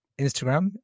Instagram